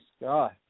God